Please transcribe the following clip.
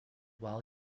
while